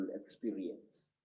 experience